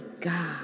God